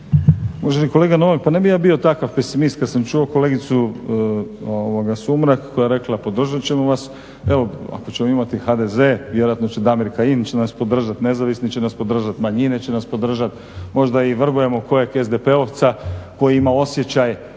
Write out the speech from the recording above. Uvaženi kolega Novak, pa ne bih ja bio takav pesimist kad sam čuo kolegicu Sumrak koja je rekla podržat ćemo vas, evo ako ćemo imati HDZ vjerojatno će Damir Kajin će nas podržat, nezavisni će nas podržat, manjine će nas podržati, možda i vrbujemo kojeg SDP-ovca koji ima osjećaj